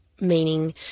meaning